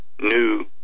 new